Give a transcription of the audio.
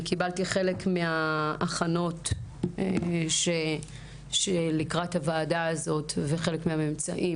אני קיבלתי חלק מההכנות לקראת הוועדה הזאת וחלק מהם נמצאים.